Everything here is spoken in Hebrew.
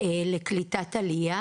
יש קצת קושי בעניין הזה.